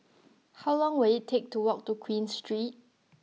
how long will it take to walk to Queen Street